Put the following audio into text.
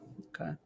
Okay